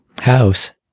house